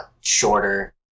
shorter